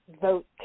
vote